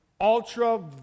ultra